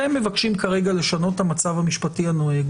אתם מבקשים כרגע לשנות את המצב המשפטי הנוהג